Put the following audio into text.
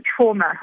trauma